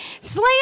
slam